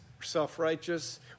self-righteous